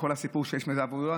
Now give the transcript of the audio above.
וכל הסיפור שיש עליו.